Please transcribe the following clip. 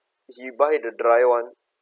he buy the dry one